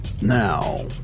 Now